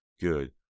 good